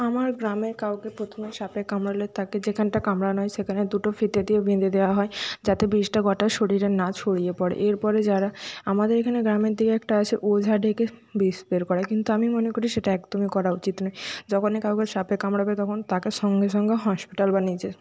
আমার গ্রামের কাউকে প্রথমে সাপে কামড়ালে তাকে যেখানটা কামড়ানো হয় সেখানে দুটো ফিতে দিয়ে বেঁধে দেওয়া হয় যাতে বিষটা গোটা শরীরে না ছড়িয়ে পড়ে এরপরে যারা আমাদের এখানে গ্রামের দিকে একটা আছে ওঝা ডেকে বিষ বের করা কিন্তু আমি মনে করি সেটা একদমই করা উচিত নয় যখনই কাউকে সাপে কামড়াবে তখন তাকে সঙ্গে সঙ্গে হসপিটাল বা যেয়ে